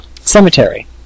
Cemetery